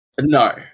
No